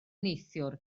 neithiwr